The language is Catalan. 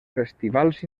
festivals